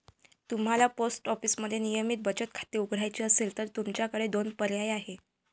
तुम्हाला पोस्ट ऑफिसमध्ये नियमित बचत खाते उघडायचे असेल तर तुमच्याकडे दोन पर्याय आहेत